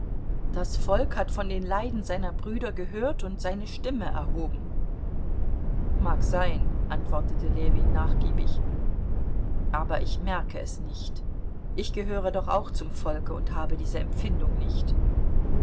das volk hat von den leiden seiner brüder gehört und seine stimme erhoben mag sein antwortete ljewin nachgiebig aber ich merke es nicht ich gehöre doch auch zum volke und habe diese empfindung nicht